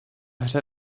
hře